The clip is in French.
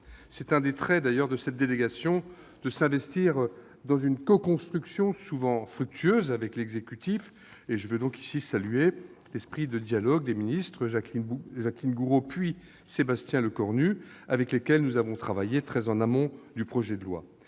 l'un des traits est l'investissement dans une coconstruction souvent fructueuse avec l'exécutif. Je veux saluer ici l'esprit de dialogue des ministres Jacqueline Gourault puis Sébastien Lecornu, avec lesquels nous avons travaillé très en amont du projet de loi.